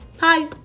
hi